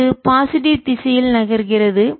இது பாசிட்டிவ் நேர்மறை திசையில் நகர்கிறது